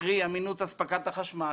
קרי, אמינות אספקת החשמל.